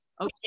okay